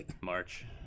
March